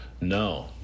No